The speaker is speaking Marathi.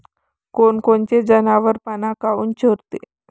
कोनकोनचे जनावरं पाना काऊन चोरते?